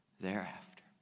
thereafter